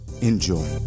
Enjoy